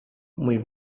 mój